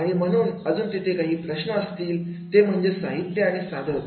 आणि म्हणून अजून तिथे काही प्रश्न असतील ते म्हणजे साहित्य आणि साधन